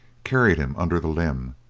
carried him under the limb,